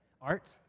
Art